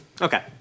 Okay